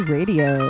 Radio